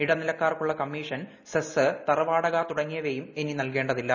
ഇടനിലക്കാർക്കുള്ള commission cess തറ വാടക തൂട്ങ്ങിയ്വയും ഇനി നൽകേണ്ടതില്ല